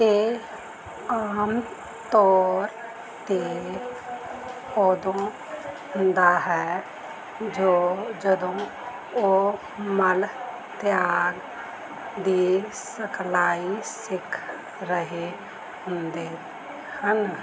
ਇਹ ਆਮ ਤੌਰ 'ਤੇ ਉਦੋਂ ਹੁੰਦਾ ਹੈ ਜੋ ਜਦੋਂ ਉਹ ਮਲ ਤਿਆਗ ਦੀ ਸਿਖਲਾਈ ਸਿੱਖ ਰਹੇ ਹੁੰਦੇ ਹਨ